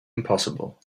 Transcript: impossible